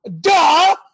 Duh